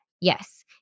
Yes